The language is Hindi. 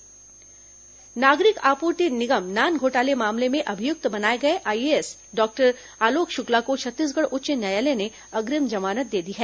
हाईकोर्ट नान मामला नागरिक आपूर्ति निगम नान घोटाले मामले में अभिय्क्त बनाए गए आईएएस डॉक्टर आलोक शुक्ला को छत्तीसगढ़ उच्च न्यायालय ने अग्रिम जमानत दे दी है